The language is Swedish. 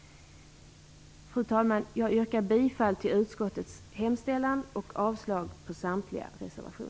Fru talman! Jag yrkar bifall till utskottets hemställan och avslag på samtliga reservationer.